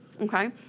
Okay